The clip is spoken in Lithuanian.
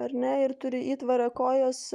ar ne ir turi įtvarą kojos